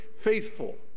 faithful